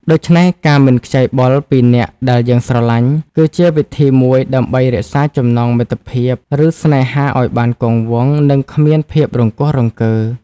ដូច្នេះ ការមិនខ្ចីបុលពីអ្នកដែលយើងស្រឡាញ់ គឺជាវិធីមួយដើម្បីរក្សាចំណងមិត្តភាព ឬស្នេហាឲ្យបានគង់វង្ស និងគ្មានភាពរង្គោះរង្គើ។